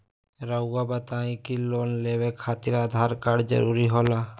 रौआ बताई की लोन लेवे खातिर आधार कार्ड जरूरी होला?